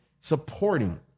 supporting